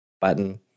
button